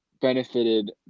benefited